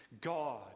God